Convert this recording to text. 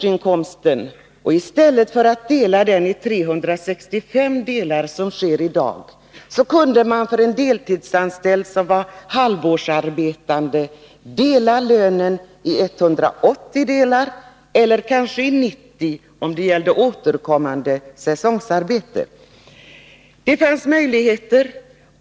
I stället för att dela årsinkomsten i 365 delar, som sker i dag, kunde man för en deltidsanställd som var halvårsarbetande dela lönen i 180 delar, eller kanske i 90 om det gällde återkommande säsongarbete. Det fanns alltså möjligheter.